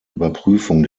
überprüfung